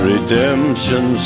Redemption